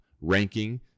ranking